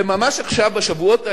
וממש עכשיו, בשבועות האלה,